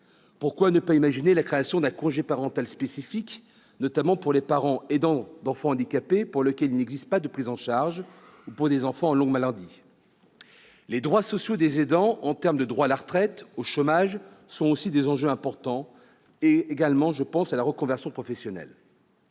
Pourquoi ne pas imaginer la création d'un congé parental spécifique, notamment pour les parents aidants d'enfants handicapés, pour lesquels il n'existe pas de prise en charge, ou d'enfants en longue maladie ? Les droits sociaux des aidants à la retraite ou au chômage représentent également des enjeux importants, de même que la reconversion professionnelle.